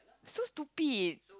so stupid